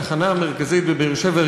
בתחנה המרכזית בבאר-שבע,